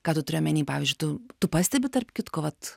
ką tu turi omeny pavyzdžiui tu tu pastebi tarp kitko vat